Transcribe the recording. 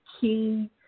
key